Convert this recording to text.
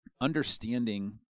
understanding